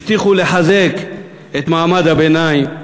הבטיחו לחזק את מעמד הביניים,